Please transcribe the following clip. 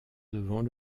devant